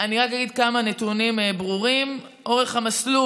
אני רק אגיד כמה נתונים ברורים: אורך המסלול